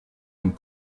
and